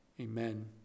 Amen